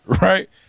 right